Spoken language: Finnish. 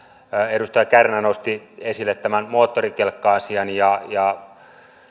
edustaja kärnä nosti esille tämän moottorikelkka asian ja ja